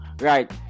right